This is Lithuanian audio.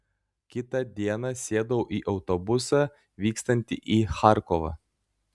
kitą dieną sėdau į autobusą vykstantį į charkovą